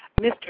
Mr